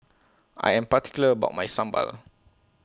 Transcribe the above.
I Am particular about My Sambal